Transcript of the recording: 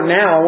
now